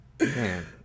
Man